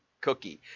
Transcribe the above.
cookie